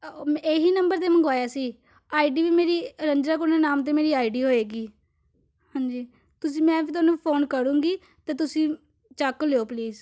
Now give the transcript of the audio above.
ਉਹ ਮੈਂ ਇਹੀ ਨੰਬਰ 'ਤੇ ਮੰਗਵਾਇਆ ਸੀ ਆਈ ਡੀ ਵੀ ਮੇਰੀ ਰੰਜਨਾ ਕੁਲਰ ਨਾਮ 'ਤੇ ਮੇਰੀ ਆਈ ਡੀ ਹੋਏਗੀ ਹਾਂਜੀ ਤੁਸੀਂ ਮੈਂ ਫਿਰ ਤੁਹਾਨੂੰ ਫੋਨ ਕਰੂੰਗੀ ਅਤੇ ਤੁਸੀਂ ਚੱਕ ਲਿਓ ਪਲੀਜ਼